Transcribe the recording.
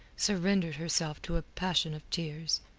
surrendered herself to a passion of tears.